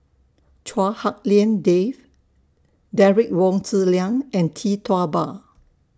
Chua Hak Lien Dave Derek Wong Zi Liang and Tee Tua Ba